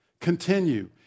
Continue